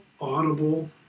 audible